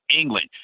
England